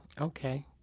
okay